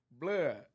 Blood